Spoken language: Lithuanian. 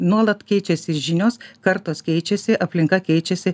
nuolat keičiasi žinios kartos keičiasi aplinka keičiasi